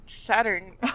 saturn